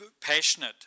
passionate